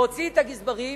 אליה, להוציא את הגזברים.